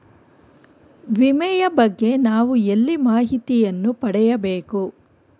ವಿಮೆಯ ಬಗ್ಗೆ ನಾವು ಎಲ್ಲಿ ಮಾಹಿತಿಯನ್ನು ಪಡೆಯಬೇಕು?